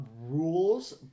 rules